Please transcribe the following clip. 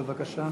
בבקשה.